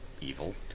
evil